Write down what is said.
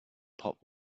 pop